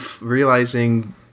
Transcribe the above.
realizing